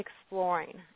exploring